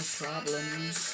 problems